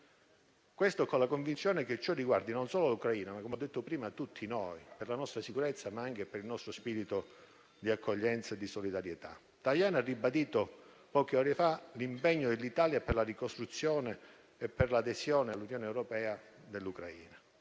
Questo con la convinzione che ciò riguardi non solo l'Ucraina», ma, come ho detto prima, tutti noi, per la nostra sicurezza, ma anche per il nostro spirito di accoglienza e di solidarietà. Il ministro Tajani ha ribadito poche ore fa l'impegno dell'Italia per la ricostruzione e per l'adesione all'Unione europea dell'Ucraina.